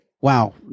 wow